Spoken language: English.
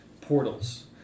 portals